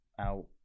out